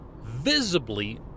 visibly